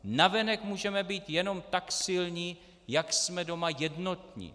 Navenek můžeme být jenom tak silní, jak jsme doma jednotní.